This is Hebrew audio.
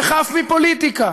וחף מפוליטיקה